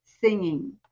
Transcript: singing